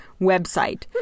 website